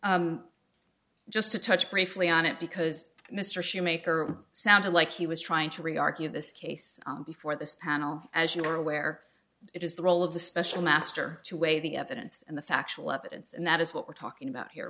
not just to touch briefly on it because mr shoemaker sounded like he was trying to re argue this case before this panel as you are aware it is the role of the special master to weigh the evidence and the factual evidence and that is what we're talking about here